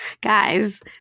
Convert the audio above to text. guys